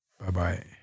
Bye-bye